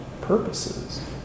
purposes